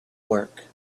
work